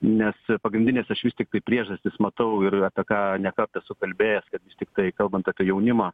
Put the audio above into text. nes pagrindines aš vis tiktai priežastis matau ir apie ką ne kartą esu kalbėjęs kad tiktai kalbant apie jaunimą